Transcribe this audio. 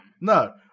No